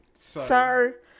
sir